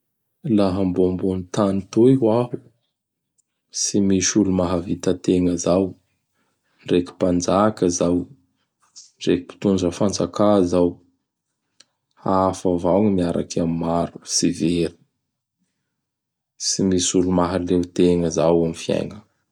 Laha mbô ambony tany toy ho aho tsy misy olo mahavita tegna zao; ndreky mpanjaka izao; ndreky mpitondra fanjakà zao. Hafa avao gny miaraky am maro tsy very. Tsy misy olo mahaleo tegna zao am fiaigna.